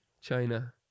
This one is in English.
china